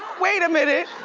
wait a minute.